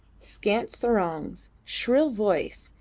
scant sarongs, shrill voice,